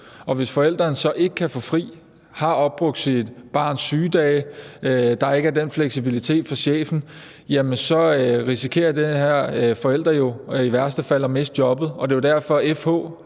hvis forældrene så ikke kan få fri og har opbrugt sine barns sygedage og der ikke er en fleksibilitet fra chefens side, risikerer de her forældre i værste fald at miste jobbet.